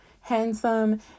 handsome